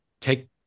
take